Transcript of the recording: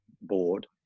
board